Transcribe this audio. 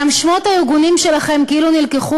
גם שמות הארגונים שלכם כאילו נלקחו